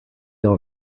all